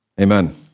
amen